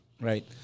Right